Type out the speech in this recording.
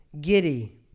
Giddy